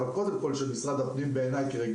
אבל קודם כול של משרד הפנים כרגולטור.